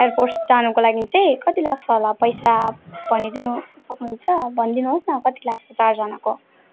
airports जानुको लागि चाहिँ कति लाग्छ होला पैसा भनिदिनु सक्नुहुन्छ भनिदिनु होस् न कति लाग्छ चारजनाको